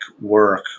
work